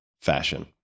fashion